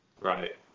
right